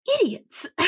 Idiots